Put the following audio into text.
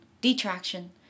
detraction